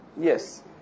Yes